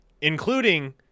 including –